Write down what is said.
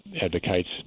advocates